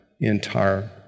entire